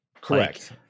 Correct